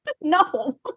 No